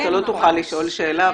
אתה לא תוכל לשאול שאלה,